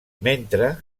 mentre